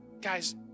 guys